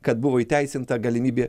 kad buvo įteisinta galimybė